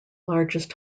largest